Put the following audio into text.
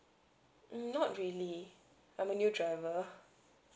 mm not really I'm a new driver